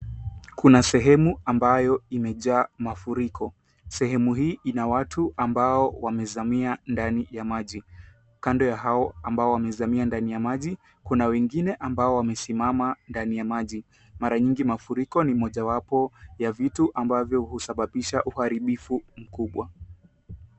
Kuna sehemu ambayo imejaa mafuriko. Sehemu hii ina watu ambao wamezamia ndani ya maji. Kando ya hao ambao wamezamia ndani ya maji kuna wengine ambao wamesimama ndani ya maji. Mara nyingi mafuriko ni mojawapo ya vitu ambavyo husababisha uharibifu mkubwa.